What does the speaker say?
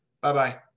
Bye-bye